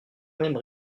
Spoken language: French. même